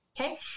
Okay